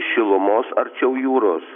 šilumos arčiau jūros